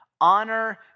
Honor